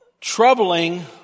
troubling